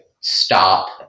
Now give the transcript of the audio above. stop